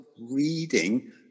reading